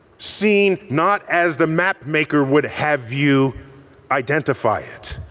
seen, not as the mapmaker would have you identify it.